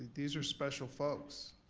these are special folks.